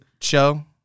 show